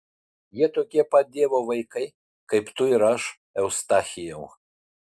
jie tokie pat dievo vaikai kaip tu ir aš eustachijau